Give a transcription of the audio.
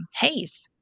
haze